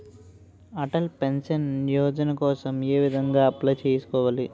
Atal pension Yojana కోసం ఏ విధంగా అప్లయ్ చేసుకోవాలి?